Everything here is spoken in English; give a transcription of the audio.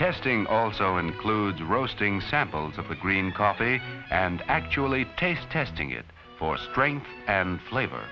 testing also includes roasting samples of the green coffee and actually taste testing it for strength and flavor